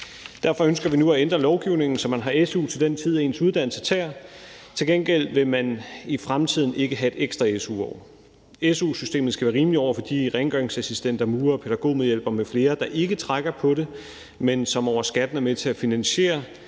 Derfor ønsker vi nu at ændre lovgivningen, så man har su til den tid, ens uddannelse tager. Til gengæld vil man i fremtiden ikke have et ekstra su-år. Su-systemet skal være rimeligt over for de rengøringsassistenter, murere, pædagogmedhjælpere m.fl., der ikke trækker på det, men som over skatten er med til at finansiere